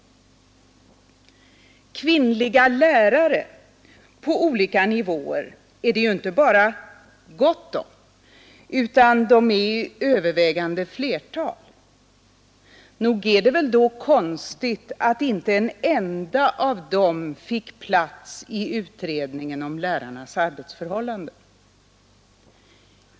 Kvinnliga lärare på olika nivåer är det ju inte bara gott om utan de är i övervägande flertal. Nog är det väl då konstigt att inte en enda av dem fick plats i utredningen om lärarnas arbetsförhållanden.